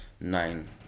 nine